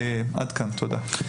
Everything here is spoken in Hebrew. עד כאן תודה.